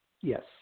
yes